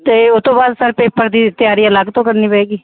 ਅਤੇ ਉਹ ਤੋਂ ਬਾਅਦ ਸਰ ਪੇਪਰ ਦੀ ਤਿਆਰੀ ਅਲੱਗ ਤੋਂ ਕਰਨੀ ਪਏਗੀ